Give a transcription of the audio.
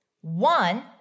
One